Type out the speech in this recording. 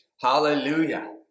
Hallelujah